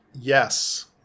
Yes